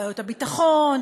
בעיות הביטחון,